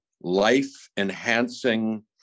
life-enhancing